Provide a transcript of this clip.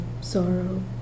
sorrow